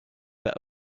that